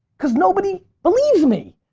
cause nobody believes me!